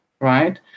right